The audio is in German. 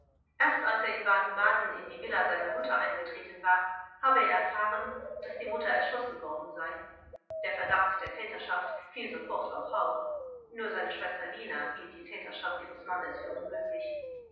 erst als er in baden-baden in die villa seiner mutter eingetreten war habe er erfahren daß die mutter erschossen worden sei der verdacht der täterschaft fiel sofort auf hau nur seine schwester lina hielt die täterschaft ihres mannes für unmöglich